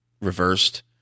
reversed